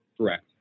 Correct